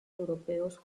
europeos